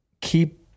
keep